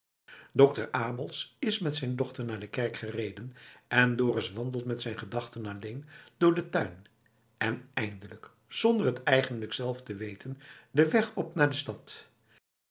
dokter abels is met zijn dochter naar de kerk gereden en dorus wandelt met zijn gedachten alleen door den tuin en eindelijk zonder t eigenlijk zelf te weten dèn weg op naar de stad